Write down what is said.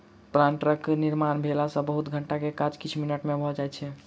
प्लांटरक निर्माण भेला सॅ बहुत घंटा के काज किछ मिनट मे भ जाइत छै